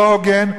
לא הוגן,